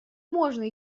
можно